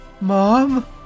Mom